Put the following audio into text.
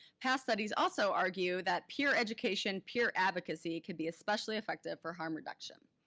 past studies also argue that peer education, peer advocacy could be especially effective for harm reduction.